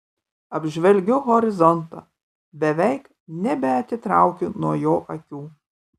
apžvelgiu horizontą beveik nebeatitraukiu nuo jo akių